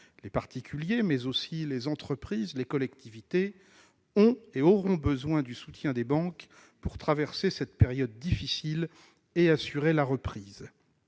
Les particuliers, mais aussi les entreprises et les collectivités ont et auront besoin du soutien des banques pour traverser cette période difficile et assurer la reprise.